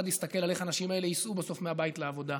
יסתכל על איך האנשים האלה ייסעו מהבית לעבודה.